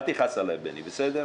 אל תכעס עליי בני, בסדר?